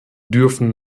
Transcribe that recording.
dürfen